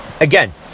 Again